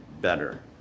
better